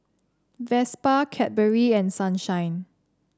Vespa Cadbury and Sunshine